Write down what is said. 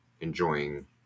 enjoying